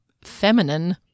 feminine